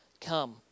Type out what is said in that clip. come